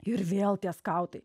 ir vėl tie skautai